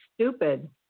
stupid